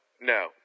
no